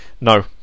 no